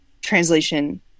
translation